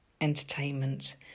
entertainment